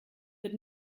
wird